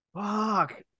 Fuck